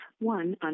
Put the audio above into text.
one